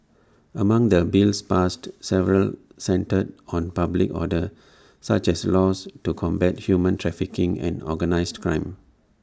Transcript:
among the bills passed several centred on public order such as laws to combat human trafficking and organised crime